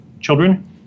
children